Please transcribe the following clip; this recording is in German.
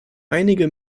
einige